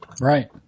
Right